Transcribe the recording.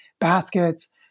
baskets